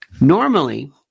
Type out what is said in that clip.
normally